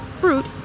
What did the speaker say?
fruit